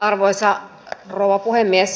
arvoisa rouva puhemies